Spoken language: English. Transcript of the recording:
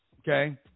Okay